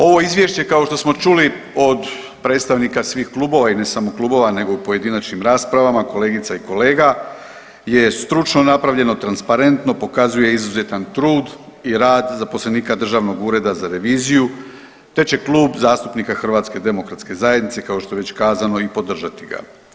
Ovo izvješće kao što smo čuli od predstavnika svih klubova i ne samo klubova nego i u pojedinačnim raspravama kolegica i kolega je stručno napravljeno, transparentno, pokazuje izuzetan trud i rad zaposlenika državnog ureda za reviziju, te će Klub zastupnika HDZ-a kao što je već kazano i podržati ga.